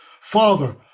Father